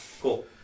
Cool